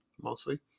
mostly